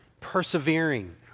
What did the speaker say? persevering